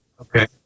Okay